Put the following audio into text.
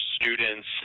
students